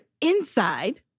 inside